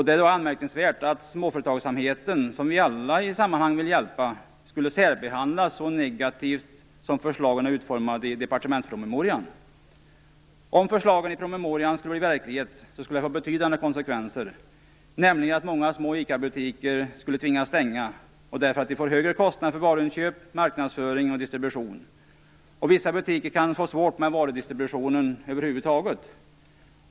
Det är anmärkningsvärt att småföretagsamheten, som vi alla i sammanhanget vill hjälpa, skulle särbehandlas så negativt som förslagen är utformade i departementspromemorian. Om förslagen i promemorian skulle bli verklighet skulle det få betydande konsekvenser. Många små ICA-butiker skulle tvingas stänga därför att de får högre kostnader för varuinköp, marknadsföring och distribution. Vissa butiker kan få svårt med varudistributionen över huvud taget.